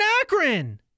Akron